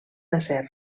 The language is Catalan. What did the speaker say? acer